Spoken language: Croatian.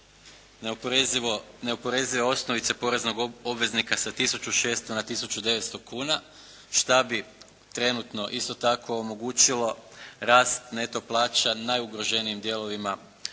neoporezive osnovice poreznog obveznika sa 1600 na 1900 kuna što bi trenutno isto tako omogućilo rast neto plaća najugroženijim dijelovima